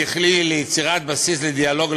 ככלי ליצירת בסיס לדיאלוג,